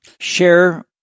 share